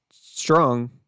strong